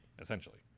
essentially